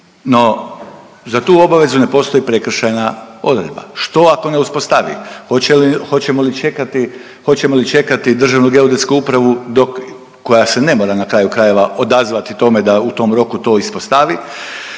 no za tu obavezu ne postoji prekršajna odredba. Što ako ne uspostavi? Hoće li, hoćemo li čekati, hoćemo li čekati Državnu geodetsku upravu do, koja se ne mora na kraju krajeva odazvati tome da u tom roku to ispostavi.